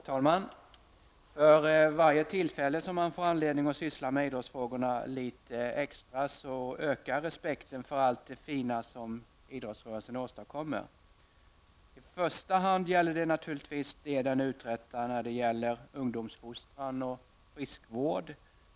Herr talman! Efter varje tillfälle man får anledning att syssla med idrottsfrågorna litet extra ökar respekten för allt det fina som idrottsrörelsen åstadkommer. I första hand gäller det naturligtvis det idrottsrörelsen uträttar när det gäller ungdomsfostran och friskvård.